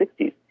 1960s